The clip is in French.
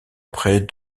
auprès